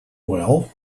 well